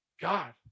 God